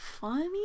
funny